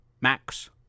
Max